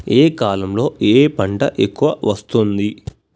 ఏ కాలంలో ఏ పంట ఎక్కువ వస్తోంది?